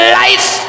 life